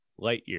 Lightyear